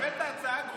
הבאת הצעת גרועה.